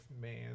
man